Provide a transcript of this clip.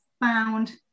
found